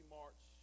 march